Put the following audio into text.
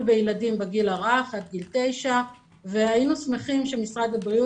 בילדים בגיל הרך עד גיל תשע והיינו שמחים שמשרד הבריאות